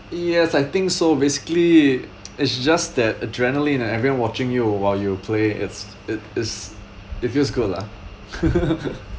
yes I think so basically it's just that adrenaline and everyone watching you while you play is it is it feels good lah